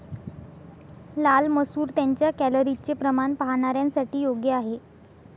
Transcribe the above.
लाल मसूर त्यांच्या कॅलरीजचे प्रमाण पाहणाऱ्यांसाठी योग्य आहे